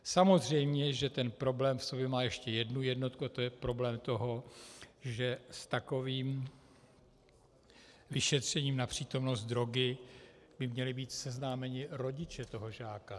Samozřejmě že ten problém v sobě má ještě jednu jednotku, to je problém toho, že s takovým vyšetřením na přítomnost drogy by měli být seznámeni rodiče žáka.